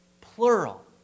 plural